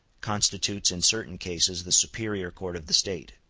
constitutes in certain cases the superior court of the state.